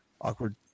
awkward